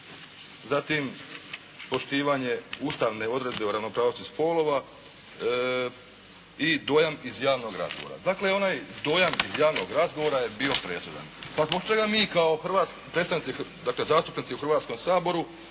Zatim, poštivanje ustavne odredbe o ravnopravnosti spolova i dojam iz javnog razgovora. Dakle, onaj dojam iz javnog razgovora je bio presudan. Pa zbog čega mi kao predstavnici, dakle zastupnici u Hrvatskom saboru